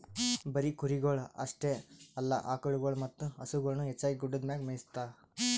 ಬರೀ ಕುರಿಗೊಳ್ ಅಷ್ಟೆ ಅಲ್ಲಾ ಆಕುಳಗೊಳ್ ಮತ್ತ ಹಸುಗೊಳನು ಹೆಚ್ಚಾಗಿ ಗುಡ್ಡದ್ ಮ್ಯಾಗೆ ಮೇಯಿಸ್ತಾರ